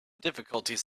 difficulties